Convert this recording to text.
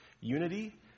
unity